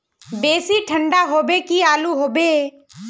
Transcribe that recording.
बेसी ठंडा होबे की आलू होबे